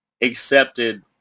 accepted